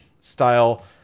style